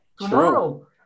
Tomorrow